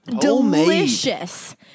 delicious